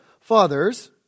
Fathers